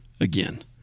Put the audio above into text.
again